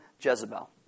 jezebel